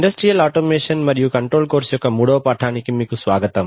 industrial automation మరియు control course యొక్క మూడవ పాఠానికి స్వాగతం